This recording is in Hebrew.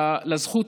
השר,